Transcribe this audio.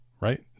right